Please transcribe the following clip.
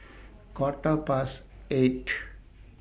Quarter Past eight